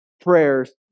prayers